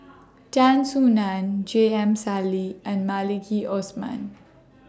Tan Soo NAN J M Sali and Maliki Osman